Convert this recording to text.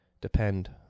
depend